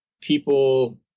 people